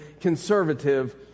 conservative